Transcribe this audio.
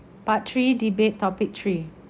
part three debate topic three